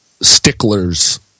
sticklers